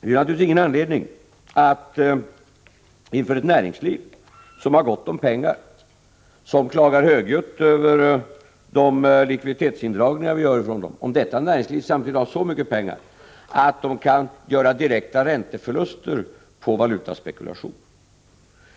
Vi har naturligtvis ingen anledning att falla till föga för ett näringsliv som klagar högljutt över de likviditetsindragningar som görs — om detta näringsliv samtidigt har så mycket pengar att det kan göra direkta ränteförluster på valutaspekulation.